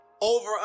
over